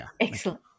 Excellent